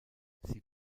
sie